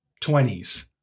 20s